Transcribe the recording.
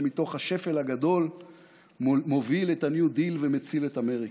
שמתוך השפל הגדול מוביל את ה-New Deal ומציל את אמריקה.